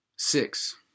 Six